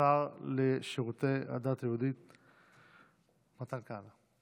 השר לשירותי הדת היהודית מתן כהנא.